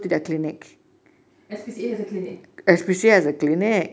S_P_C_A has a clinic